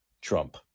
Trump